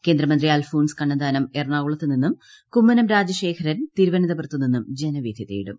കേന്ദ്രമന്ത്രി അൽഫോൺസ് കണ്ണന്താനം എറണാകുളത്തുനിന്നും കുമ്മനം രാജശേഖരൻ തിരുവനന്തപുരത്ത് നിന്നും ജനവിധി തേടും